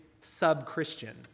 sub-Christian